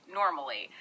normally